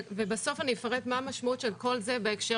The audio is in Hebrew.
ובסוף אני אפרט מה המשמעות של כל זה בהקשר